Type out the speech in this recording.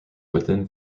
within